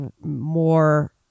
more